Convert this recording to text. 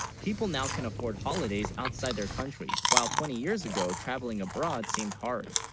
people now can afford holidays outside their countries, while twenty years, ago traveling abroad seemed hard